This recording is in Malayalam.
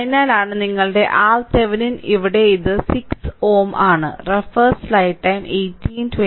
അതിനാലാണ് നിങ്ങളുടെ RThevenin ഇവിടെ ഇത് 6Ω ആണ്